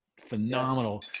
phenomenal